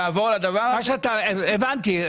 הבנתי.